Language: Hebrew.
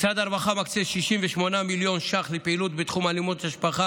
משרד הרווחה מקצה 68 מיליון שקל לפעילות בתחום המשפחה: